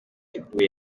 iguye